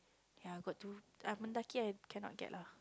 ya got two Mendaki I cannot get lah